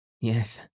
Yes